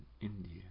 India